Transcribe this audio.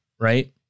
right